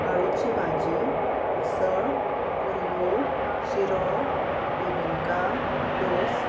आळूची भाजी उसळ पुरयो शिरो बेबिंका दोस